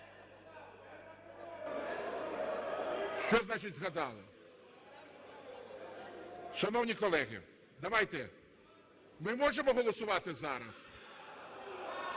Що значить згадали? Шановні колеги, давайте… Ми можемо голосувати зараз?